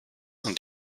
und